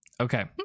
Okay